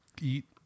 eat